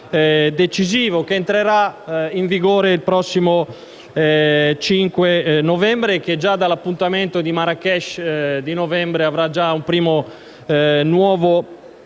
decisivo che entrerà in vigore il prossimo 5 novembre, e che nell'appuntamento di Marrakech di novembre avrà un primo, nuovo